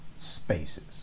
spaces